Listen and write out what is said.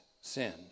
sin